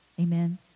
amen